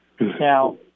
now